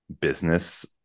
business